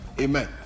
amen